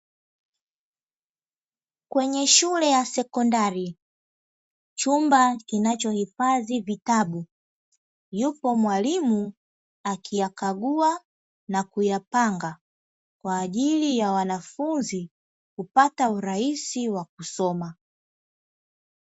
Kwenye shule ya sekondari, chumba kinachohifadhi vitabu, yupo mwalimu akiyakagua na kuyapanga kwa ajili ya wanafunzi kupata urahisi wa kusoma.